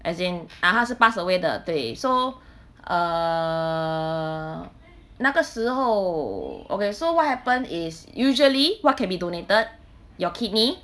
as in ah 他是 pass away 的对 so err 那个时候 okay so what happen is usually what can be donated your kidney